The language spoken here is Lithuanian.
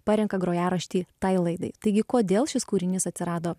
parenka grojaraštį tai laidai taigi kodėl šis kūrinys atsirado